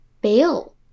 bail